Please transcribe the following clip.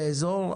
לאזור,